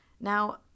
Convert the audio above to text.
Now